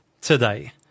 today